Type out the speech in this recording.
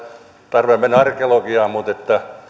tarve mennä arkeologiaan mutta